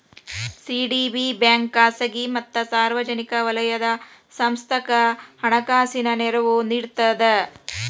CDB bank ಖಾಸಗಿ ಮತ್ತ ಸಾರ್ವಜನಿಕ ವಲಯದ ಸಂಸ್ಥಾಕ್ಕ ಹಣಕಾಸಿನ ನೆರವು ನೇಡ್ತದ